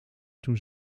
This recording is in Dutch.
toen